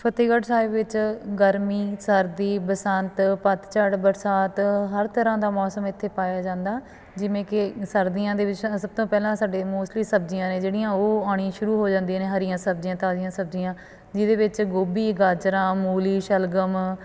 ਫਤਿਹਗੜ੍ਹ ਸਾਹਿਬ ਵਿੱਚ ਗਰਮੀ ਸਰਦੀ ਬਸੰਤ ਪਤਝੜ ਬਰਸਾਤ ਹਰ ਤਰ੍ਹਾਂ ਦਾ ਮੌਸਮ ਇੱਥੇ ਪਾਇਆ ਜਾਂਦਾ ਜਿਵੇਂ ਕਿ ਸਰਦੀਆਂ ਦੇ ਵਿੱਚ ਸਭ ਤੋਂ ਪਹਿਲਾਂ ਸਾਡੇ ਮੋਸਟਲੀ ਸਬਜ਼ੀਆਂ ਨੇ ਜਿਹੜੀਆਂ ਉਹ ਆਉਣੀਆਂ ਸ਼ੁਰੂ ਹੋ ਜਾਂਦੀਆਂ ਨੇ ਹਰੀਆਂ ਸਬਜ਼ੀਆਂ ਤਾਜ਼ੀਆਂ ਸਬਜ਼ੀਆਂ ਜਿਹਦੇ ਵਿੱਚ ਗੋਭੀ ਗਾਜਰਾਂ ਮੂਲੀ ਸਲਗਮ